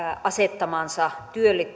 asettamaansa